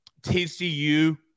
TCU